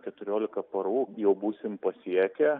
keturiolika parų jau būsim pasiekę